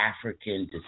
African